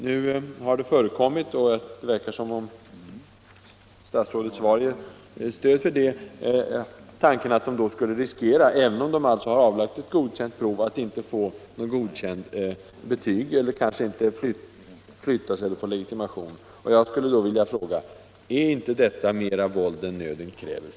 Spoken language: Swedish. Nu har det förekommit, och det verkar som om statsrådets svar ger stöd för det, uppgifter om att eleverna skulle riskera, även om de avlagt ett godkänt prov, att inte få godkänt betyg, att inte flyttas upp eller att inte få sin legitimation. Jag skulle vilja fråga: Är inte detta mera våld än nöden kräver?